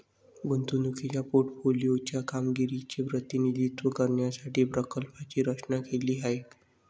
गुंतवणुकीच्या पोर्टफोलिओ च्या कामगिरीचे प्रतिनिधित्व करण्यासाठी प्रकल्पाची रचना केली आहे